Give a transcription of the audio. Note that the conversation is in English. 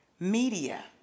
media